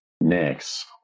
Next